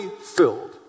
filled